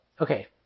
okay